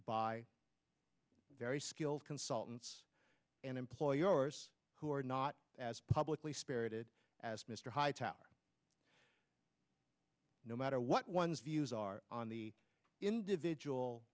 by very skilled consultants and employers who are not as publicly spirited as mr hightower no matter what one's views are on the individual